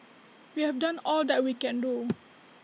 we have done all that we can do